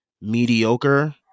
mediocre